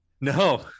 No